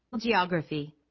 geography,